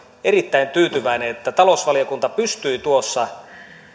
erittäin tyytyväinen että talousvaliokunta pystyi tuossa